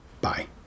Bye